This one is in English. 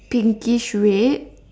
pinkish red